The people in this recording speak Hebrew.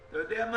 אתה יודע מה,